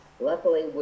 luckily